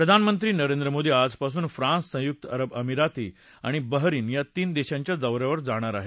प्रधान मंत्री नरेंद्र मोदी आज पासून फ्रान्ससंयुक्त अरब अमिराती आणि बहरीन या तीन देशांच्या दौऱ्यावर जाणार आहेत